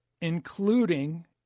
including